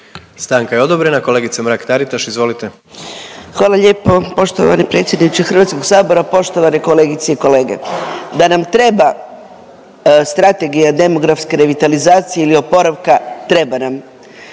Stanka je odobrena. Kolegice Mrak-Taritaš, izvolite. **Mrak-Taritaš, Anka (GLAS)** Hvala lijepo poštovani predsjedniče HS-a, poštovane kolegice i kolege. Da nam treba strategija demografske revitalizacije ili popravka, treba nam.